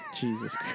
Jesus